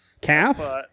calf